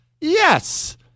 Yes